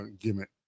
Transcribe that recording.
gimmick